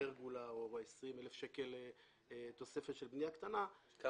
פרגולה ב-15,000 שקל או תוספת של בנייה קטנה ב-20,000 שקל.